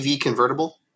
convertible